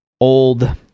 old